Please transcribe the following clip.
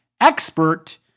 expert